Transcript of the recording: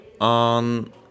on